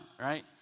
right